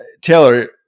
Taylor